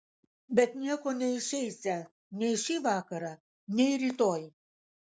bet nieko neišeisią nei šį vakarą nei rytoj